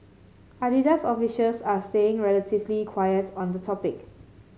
Adidas officials are staying relatively quiet on the topic